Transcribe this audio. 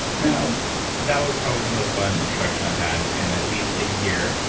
you know that was probably the most fun introduction i've had in at least a year.